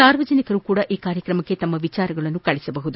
ಸಾರ್ವಜನಿಕರು ಸಹ ಈ ಕಾರ್ಯಕ್ರಮಕ್ಕೆ ತಮ್ಮ ವಿಚಾರಗಳನ್ನು ಕಳಸಬಹುದು